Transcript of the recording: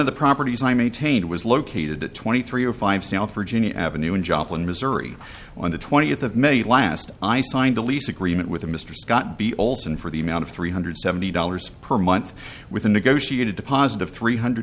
of the properties i maintain was located at twenty three or five south origine avenue in joplin missouri on the twentieth of may last i signed a lease agreement with mr scott b olson for the amount of three hundred seventy dollars per month with a negotiated deposit of three hundred